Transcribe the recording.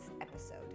episode